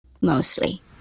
mostly